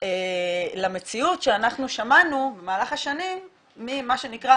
למציאות שאנחנו שמענו במהלך השנים מהשטח.